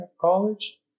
college